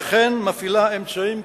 והיא אכן מפעילה אמצעים,